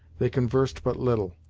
they conversed but little,